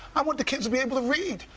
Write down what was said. i want the kids to be able to read.